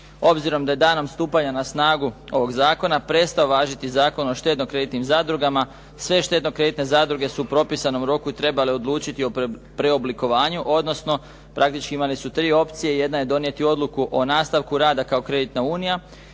Obzirom da je danom stupanja na snagu ovoga zakona prestao važiti Zakon o štedno-kreditnim zadrugama. Sve štedno-kreditne zadruge su u propisanom roku trebale odlučiti o preoblikovanju, odnosno praktički imali su tri opcije. Jedna je donijeti odluku o nastavku rada kao kreditna unija